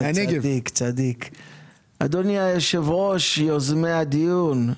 אדוני היושב-ראש, יוזמי הדיון,